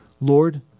Lord